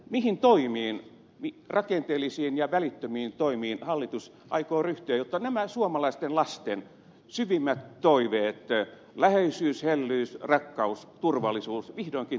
mihin rakenteellisiin ja välittömiin toimiin hallitus aikoo ryhtyä jotta nämä suomalaisten lasten syvimmät toiveet läheisyys hellyys rakkaus turvallisuus vihdoinkin toteutuisivat